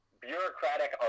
bureaucratic